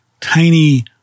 tiny